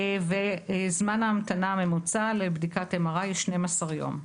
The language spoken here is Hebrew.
זמן ההמתנה הממוצע לבדיקת MRI הוא 12 יום.